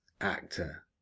actor